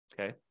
Okay